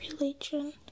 religion